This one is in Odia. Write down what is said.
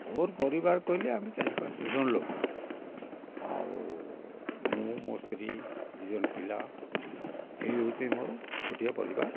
ମୋର ପରିବାର କହିଲେ ଆମେ ଚାରି ପାଞ୍ଚ ଜଣ ଲୋକ ଆଉ ମୁଁ ମୋ ସ୍ତ୍ରୀ ଦୁଇ ଜଣ ପିଲା ଏଇ ହେଉଛି ମୋର ଛୋଟିଆ ପରିବାର